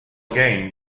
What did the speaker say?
again